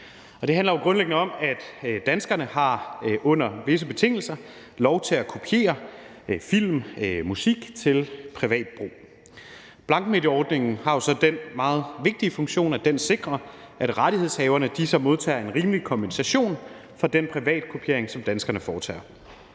det handler grundlæggende om, at danskerne under visse betingelser har lov til at kopiere film og musik til privat brug. Blankmedieordningen har jo så den meget vigtige funktion, at den sikrer, at rettighedshaverne modtager en rimelig kompensation for den privatkopiering, som danskerne foretager.